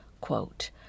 Quote